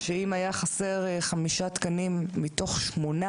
שאם היו חסרים חמישה תקנים מתוך שמונה